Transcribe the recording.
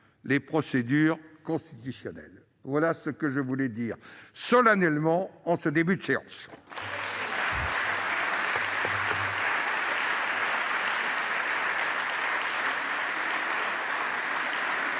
les procédures constitutionnelles. Voilà ce que je voulais dire solennellement en ce début de séance.